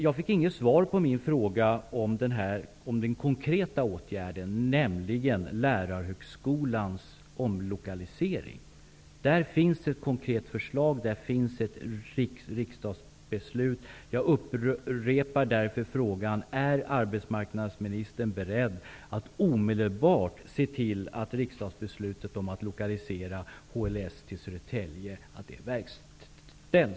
Jag fick inget svar på min fråga om den konkreta åtgärden när det gäller lärarhögskolans omlokalisering. Det finns ett konkret förslag och ett riksdagsbeslut. Jag upprepar därför frågan: Är arbetsmarknadsministern beredd att omedelbart se till att riksdagsbeslutet om att lokalisera HLS till